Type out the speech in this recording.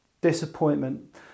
disappointment